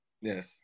yes